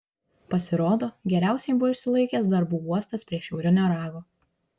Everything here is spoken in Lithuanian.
pasirodo geriausiai buvo išsilaikęs darbų uostas prie šiaurinio rago